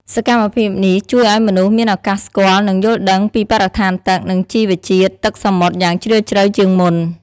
សកម្មភាពនេះជួយឲ្យមនុស្សមានឱកាសស្គាល់ និងយល់ដឹងពីបរិស្ថានទឹក និងជីវៈជាតិទឹកសមុទ្រយ៉ាងជ្រាលជ្រៅជាងមុន។